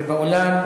ובאולם,